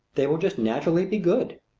they will just naturally be good.